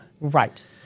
Right